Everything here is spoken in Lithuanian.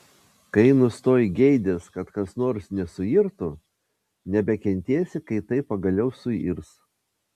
kai nustoji geidęs kad kas nors nesuirtų nebekentėsi kai tai pagaliau suirs